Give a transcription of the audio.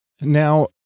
Now